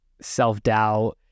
self-doubt